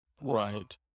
Right